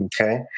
Okay